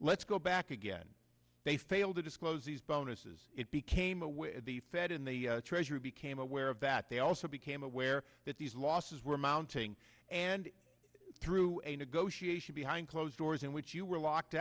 let's go back again they fail to disclose these bonuses it became aware that the fed and the treasury became aware of that they also became aware that these losses were mounting and through a negotiation behind closed doors in which you were locked